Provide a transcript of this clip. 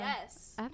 Yes